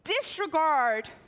disregard